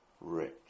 rich